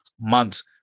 months